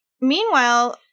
Meanwhile